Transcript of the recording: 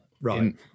Right